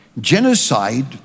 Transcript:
Genocide